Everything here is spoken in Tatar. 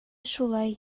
шулай